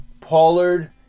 Pollard